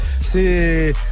C'est